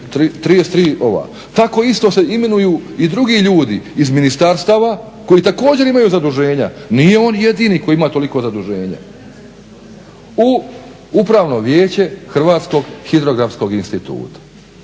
33. Tako isto se imenuju i drugi ljudi iz ministarstava koji također imaju zaduženja, nije on jedini koji ima toliko zaduženja. U Upravno vijeće Hrvatskog hidrografskog instituta.